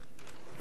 ולכן,